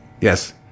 Yes